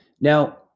Now